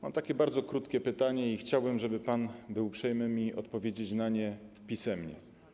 Mam bardzo krótkie pytanie i chciałbym, żeby pan był uprzejmy mi odpowiedzieć na nie pisemnie.